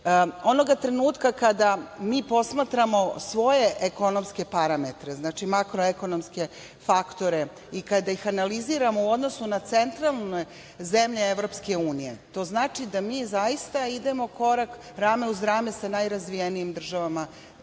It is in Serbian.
trenutka kada mi posmatramo svoje ekonomske parametre, znači, makroekonomske faktore i kada ih analiziramo u odnosu na centralne zemlje EU, to znači da mi zaista idemo rame uz rame sa najrazvijenijim državama